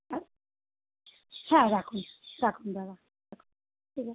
হ্যাঁ রাখুন রাখুন দাদা রাখুন এবার